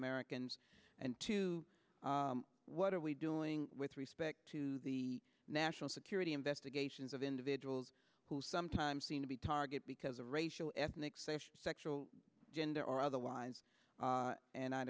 americans and to what are we doing with respect to the national security investigations of individuals who sometimes seem to be target because of racial ethnic special sexual gender or otherwise and i